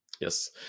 Yes